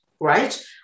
right